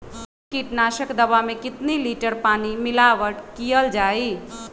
कतेक किटनाशक दवा मे कितनी लिटर पानी मिलावट किअल जाई?